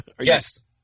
Yes